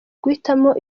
guhitamo